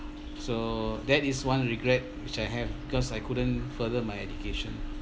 so that is one regret which I have because I couldn't further my education